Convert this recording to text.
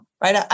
Right